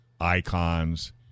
icons